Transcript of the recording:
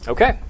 Okay